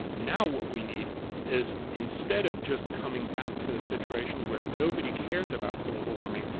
now what we need is instead of just coming back to the situation where nobody cares about global warming,